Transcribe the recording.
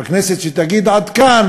הכנסת תגיד: עד כאן,